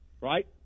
right